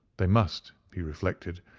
they must, he reflected,